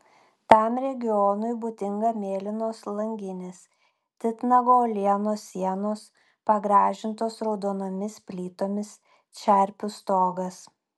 tam regionui būdinga mėlynos langinės titnago uolienos sienos pagražintos raudonomis plytomis čerpių stogas